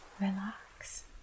relax